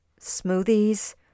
smoothies